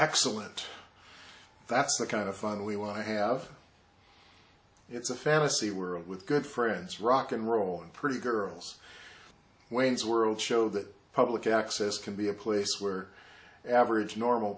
excellent that's the kind of fun we want to have it's a fantasy world with good friends rock'n'roll and pretty girls wayne's world show that public access can be a place where average normal